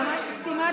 נא לסיים.